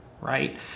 Right